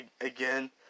again